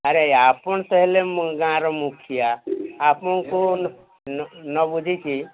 ଆରେ ଆପଣ ତ ହେଲେ ମୁ ଗାଁର ମୁଖିଆ ଆପଣଙ୍କୁ ନ ନ ବୁଝିକି